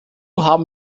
haben